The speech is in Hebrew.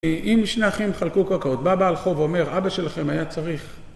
אם שני אחים חלקו קרקעות. בא בעל חוב ואומר, אבא שלכם היה צריך...